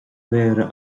mhéara